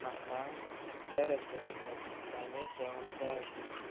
म्हाका तुमच्या रॅस्टोरंटांतलें चायनीस जेवण जाय आशिल्लें